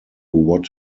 what